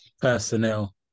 personnel